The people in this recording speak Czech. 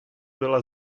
byla